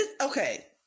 Okay